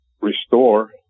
restore